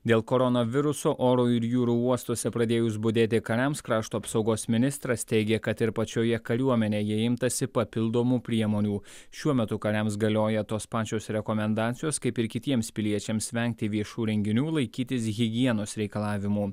dėl koronaviruso oro ir jūrų uostuose pradėjus budėti kariams krašto apsaugos ministras teigė kad ir pačioje kariuomenėje imtasi papildomų priemonių šiuo metu kariams galioja tos pačios rekomendacijos kaip ir kitiems piliečiams vengti viešų renginių laikytis higienos reikalavimų